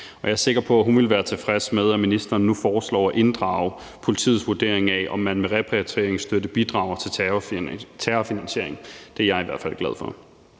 Jeg er sikker på, at hun ville være tilfreds med, at ministeren nu foreslår at inddrage politiets vurdering af, om man med repatrieringsstøtte bidrager til terrorfinansiering. Det er jeg i hvert fald glad for.